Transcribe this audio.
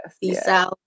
Yes